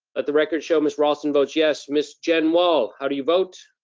let the record show miss raulston votes yes. miss jen wall, how do you vote?